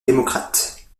démocrate